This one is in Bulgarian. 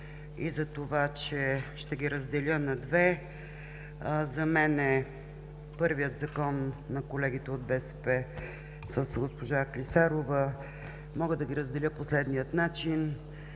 Закон. Ще ги разделя на две. За мен първият Закон – на колегите от БСП с госпожа Клисарова – мога да ги разделя по следния начин: